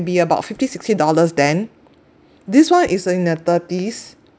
be about fifty sixty dollars then this one is in the thirties